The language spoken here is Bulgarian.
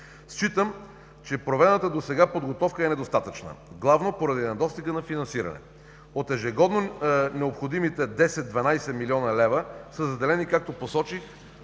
Считам, че проведената досега подготовка е недостатъчна главно поради недостига на финансиране. От ежегодно необходимите 10 – 12 млн. лв. са заделени, както посочих,